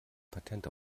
patent